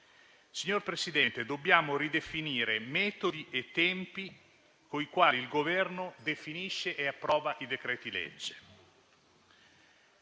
Signor Presidente, dobbiamo ridefinire metodi e tempi con i quali il Governo definisce e approva i decreti-legge.